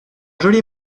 joli